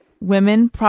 women